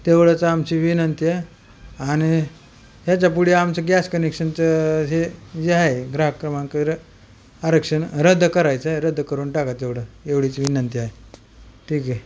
तेवढंचं आमची विनंती आणि ह्याच्यापुढं आमचं गॅस कनेक्शनचं हे हे आहे ग्राहक क्रमांक आरक्षण रद्द करायचं आहे रद्द करून टाका तेवढं एवढीच विनंती आहे ठीक आहे